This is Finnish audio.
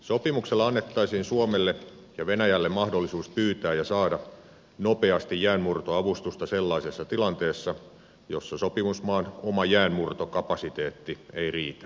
sopimuksella annettaisiin suomelle ja venäjälle mahdollisuus pyytää ja saada nopeasti jäänmurtoavustusta sellaisessa tilanteessa jossa sopimusmaan oma jäänmurtokapasiteetti ei riitä